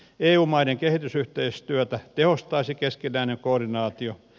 eu maiden kehitysyhteistyötä tehostaisi keskinäinen koordinaatio